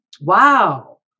wow